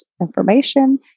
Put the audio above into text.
information